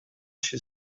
się